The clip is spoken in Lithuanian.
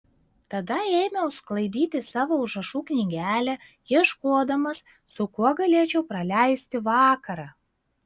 tada ėmiau sklaidyti savo užrašų knygelę ieškodamas su kuo galėčiau praleisti vakarą